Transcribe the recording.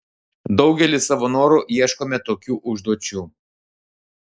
daugelis savo noru ieškome tokių užduočių